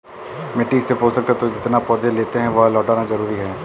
मिट्टी से पोषक तत्व जितना पौधे लेते है, वह लौटाना जरूरी है